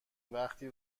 وقتی